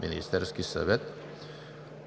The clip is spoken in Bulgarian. Министерския съвет.